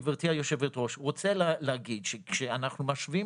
גברתי יושבת הראש, אני רוצה להגיד שכשאנחנו משווים